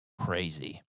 crazy